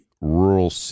rural